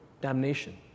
damnation